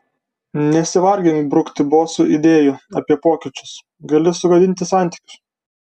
nesivargink brukti bosui idėjų apie pokyčius gali sugadinti santykius